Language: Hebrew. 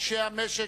אנשי המשק,